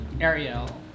Ariel